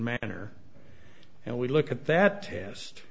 manner and we look at that test